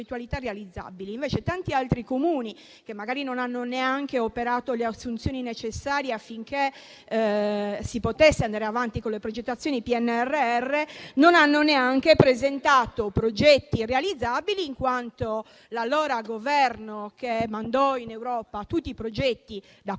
Invece, tanti altri Comuni, che magari non hanno neanche operato le assunzioni necessarie affinché si potesse andare avanti con le progettazioni del PNRR, non hanno neanche presentato progetti realizzabili, in quanto il Governo di allora, che mandò in Europa tutti i progetti di Comuni e